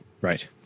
right